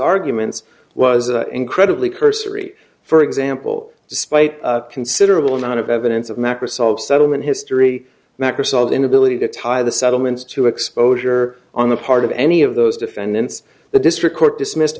arguments was incredibly cursory for example despite considerable amount of evidence of macroscope settlement history macrocell inability to tie the settlements to exposure on the part of any of those defendants the district court dismissed